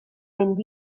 mynd